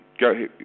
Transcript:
go